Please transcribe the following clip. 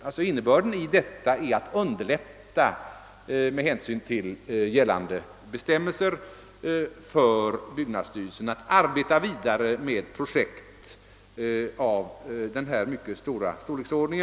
Avsikten med detta är att med hänsyn till gällande bestämmelser underlätta för byggnadsstyrelsen att arbeta vidare med projekt av denna storleksordning.